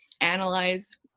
analyze